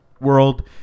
world